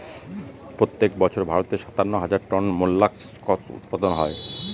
প্রত্যেক বছর ভারতে সাতান্ন হাজার টন মোল্লাসকস উৎপাদন হয়